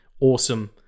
awesome